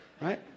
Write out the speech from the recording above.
right